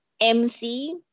MC